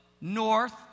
north